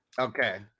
Okay